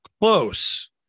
close